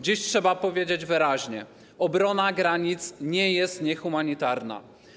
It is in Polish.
Dziś trzeba powiedzieć wyraźnie: obrona granic nie jest niehumanitarna.